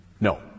No